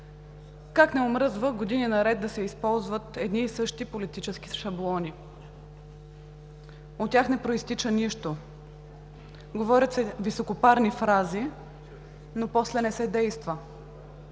как не омръзва години наред да се използват едни и същи политически шаблони. От тях не произтича нищо. Говорят се високопарни фрази, но после не се действа.